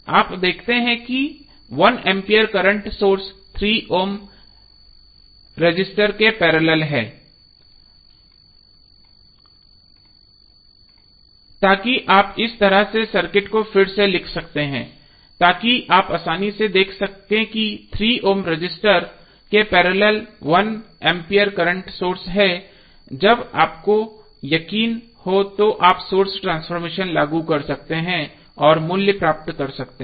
आप देखते हैं कि 1 ampere current source 3 ohm resistance के पैरेलल है ताकि आप इस तरह से सर्किट को फिर से लिख सकें ताकि आप आसानी से देख सकें कि 3 ओम रजिस्टर के पैरेलल 1 एम्पीयर करंट सोर्स है जब आपको यकीन हो तो आप सोर्स ट्रांसफॉर्मेशन लागू कर सकते हैं और मूल्य प्राप्त कर सकते हैं